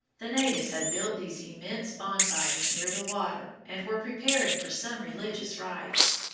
the natives had built these immense bonfires near the water and were preparing for some religious rites.